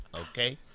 Okay